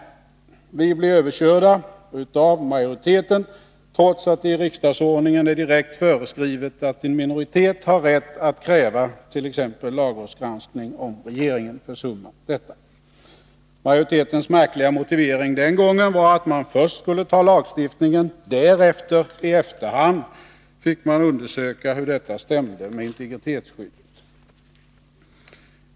Vi blev överkörda av majoriteten, trots att det i riksdagsordningen är direkt föreskrivet att en minoritet har rätt att kräva t.ex. lagrådets granskning, om regeringen försummat att vidta den åtgärden. Majoritetens märkliga motivering den gången var att man först skulle ta lagstiftningen. I efterhand skulle man sedan undersöka hur detta överensstämde med integritetsskyddet.